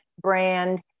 brand